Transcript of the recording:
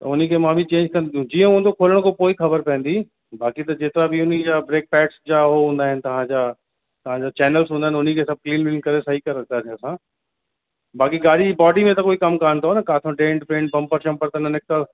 त उन खे मां बि चेंज कंदुमि जीअं हूंदो खोलण खां पोइ ई ख़बरु पवंदी बाक़ी त जेतिरा बि उन जा ब्रेक पैड्स जा उहो हूंदा आहिनि तव्हांजा तव्हांजा चैनल्स हूंदा आहिनि उन खे सभु क्लीन व्लीन करे सही करे रखंदासीं असां बाक़ी गाॾी जी बॉडी में त कोई कमु कोन अथव न काथो डेंट पेंट बम्पर शम्पर त न निकितलु